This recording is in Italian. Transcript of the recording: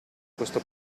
questo